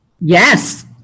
Yes